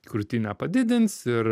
krūtinę padidins ir